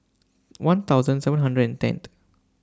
one thousand seven hundred and tenth